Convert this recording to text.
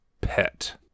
pet